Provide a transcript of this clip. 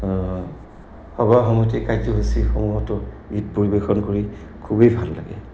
সভা সমিতি কাৰ্যসূচীসমূহতো গীত পৰিৱেশন কৰি খুবেই ভাল লাগে